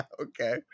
okay